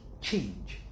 change